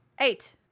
Eight